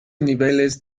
niveles